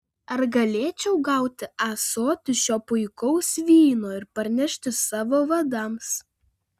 ar galėčiau gauti ąsotį šio puikaus vyno ir parnešti savo vadams